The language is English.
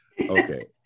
Okay